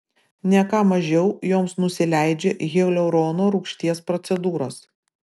ne ką mažiau joms nusileidžia hialurono rūgšties procedūros